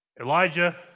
Elijah